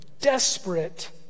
desperate